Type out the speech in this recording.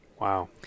wow